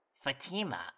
Fatima